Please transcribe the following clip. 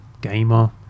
gamer